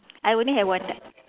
I only have one duck